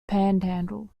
panhandle